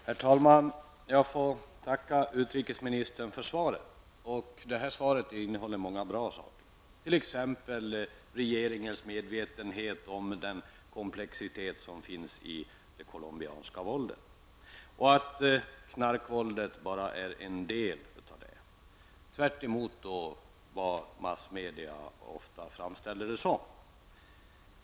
Herr talman! Jag får tacka utrikesministern för svaret, som redovisar många bra saker, t.ex. att regeringen är medveten om komplexiteten i det colombianska våldet och att knarkvåldet, tvärtemot de framställningar som ofta förekommer i massmedia, bara utgör en del av detta våld.